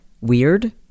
weird